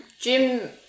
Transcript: Jim